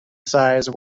size